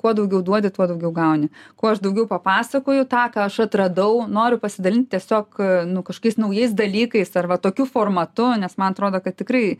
kuo daugiau duodi tuo daugiau gauni kuo aš daugiau papasakoju tą ką aš atradau noriu pasidalint tiesiog nu kažkokiais naujais dalykais ar va tokiu formatu nes man atrodo kad tikrai